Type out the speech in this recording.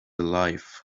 alive